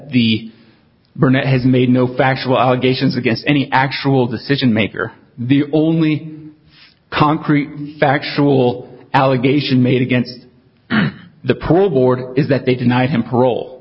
the burnett has made no factual allegations against any actual decision maker the only concrete factual allegation made against the parole board is that they denied him